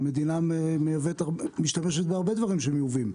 המדינה משתמשת בהרבה דברים מיובאים,